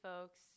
folks